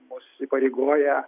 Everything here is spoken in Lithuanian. mus įpareigoja